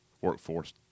workforce